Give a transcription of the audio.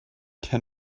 ten